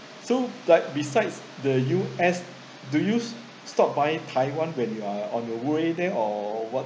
so like besides the U_S do you stop by at taiwan when you are on your way there or what